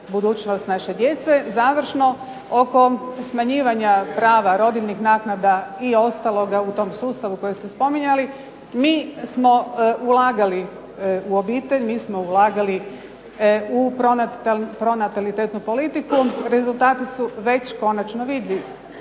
budućnost naše djece. Završno, oko smanjivanja prava rodiljnih naknada i ostaloga u tom sustavu koji ste spominjali. Mi smo ulagali u obitelj, mi smo ulagali u pronatalitetnu politiku. Rezultati su već konačno vidljivi,